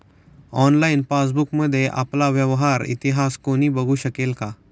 Online पासबुकमध्ये आपला व्यवहार इतिहास कोणी बघु शकेल का?